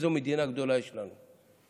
איזו מדינה גדולה יש לנו.